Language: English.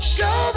Show